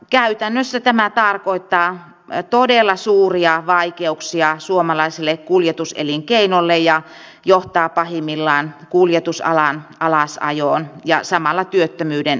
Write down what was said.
käytännössä tämä tarkoittaa todella suuria vaikeuksia suomalaiselle kuljetuselinkeinolle ja johtaa pahimmillaan kuljetusalan alasajoon ja samalla työttömyyden kasvuun